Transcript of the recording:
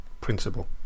principle